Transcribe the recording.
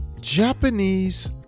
Japanese